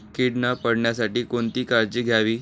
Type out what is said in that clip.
कीड न पडण्यासाठी कोणती काळजी घ्यावी?